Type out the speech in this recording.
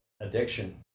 addiction